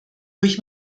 ruhig